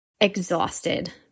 exhausted